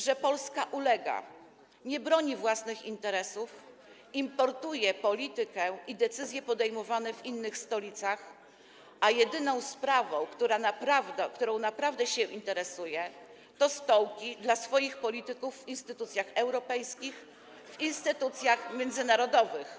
że Polska ulega, nie broni własnych interesów, importuje politykę i decyzje podejmowane w innych stolicach, a jedyną sprawą, którą naprawdę się interesuje, są stołki dla swoich polityków w instytucjach europejskich, w instytucjach międzynarodowych.